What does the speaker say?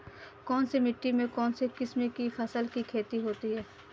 कौनसी मिट्टी में कौनसी किस्म की फसल की खेती होती है?